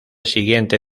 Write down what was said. siguiente